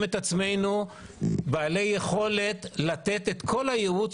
את עצמנו בעלי יכולת לתת את כל הייעוץ,